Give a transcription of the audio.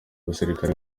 basirikare